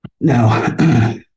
now